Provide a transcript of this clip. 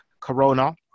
Corona